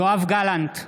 יואב גלנט,